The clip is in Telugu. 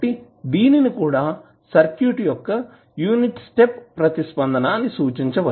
కాబట్టి దీనిని కూడా సర్క్యూట్ యొక్క యూనిట్ స్టెప్ ప్రతిస్పందన అని సూచించవచ్చు